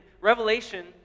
Revelation